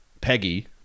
Peggy